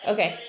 Okay